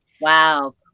Wow